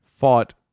fought